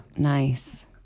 Nice